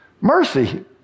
Mercy